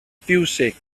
fiwsig